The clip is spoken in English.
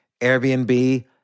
Airbnb